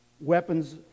Weapons